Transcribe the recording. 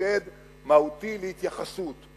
מוקד מהותי להתייחסות.